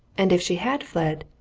and if she had fled,